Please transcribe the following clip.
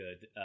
good